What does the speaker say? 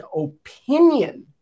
opinion